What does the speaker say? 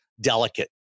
delicate